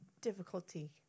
difficulty